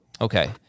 Okay